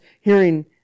hearing